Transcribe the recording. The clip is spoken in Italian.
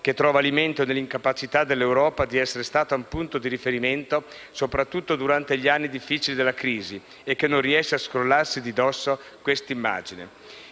che trova alimento nell'incapacità dell'Europa di essere stata un punto di riferimento soprattutto durante gli anni difficili della crisi e che non riesce a scrollarsi di dosso quest'immagine.